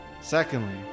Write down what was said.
Secondly